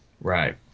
Right